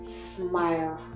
Smile